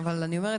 אבל אני אומרת,